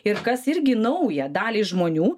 ir kas irgi naują daliai žmonių